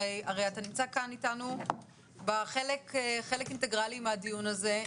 הרי אתה נמצא כאן אתנו בחלק אינטגרלי מהדיון הזה.